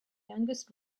youngest